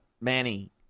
Manny